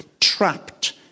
trapped